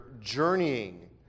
journeying